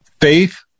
faith